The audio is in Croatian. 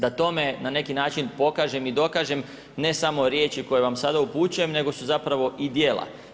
Da tome na neki način, pokažem i dokažem, ne samo riječi koji vam sada upućujem, nego su zapravo i dijela.